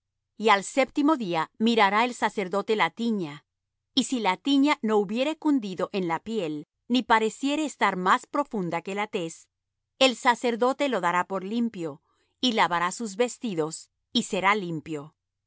y al séptimo día mirará el sacerdote la tiña y si la tiña no hubiere cundido en la piel ni pareciere estar más profunda que la tez el sacerdote lo dará por limpio y lavará sus vestidos y será limpio